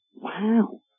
Wow